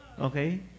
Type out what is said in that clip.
Okay